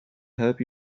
help